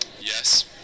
Yes